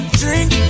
drink